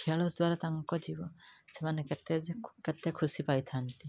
ଖେଳ ଦ୍ଵାରା ତାଙ୍କ ଜୀବ ସେମାନେ କେତେ ଯେ ଖୁ କେତେ ଖୁସି ପାଇଥାନ୍ତି